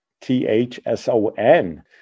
T-H-S-O-N